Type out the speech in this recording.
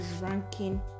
ranking